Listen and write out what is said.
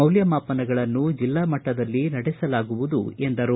ಮೌಲ್ಯಮಾಪನಗಳನ್ನು ಜಿಲ್ಲಾಮಟ್ಟದಲ್ಲಿ ನಡೆಸಲಾಗುವುದು ಎಂದರು